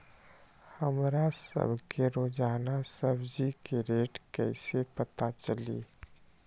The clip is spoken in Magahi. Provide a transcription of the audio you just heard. हमरा सब के रोजान सब्जी के रेट कईसे पता चली?